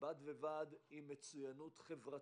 בד בבד עם מצוינות חברתית.